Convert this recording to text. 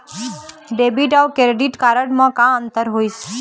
Debit अऊ credit card म का अंतर होइस?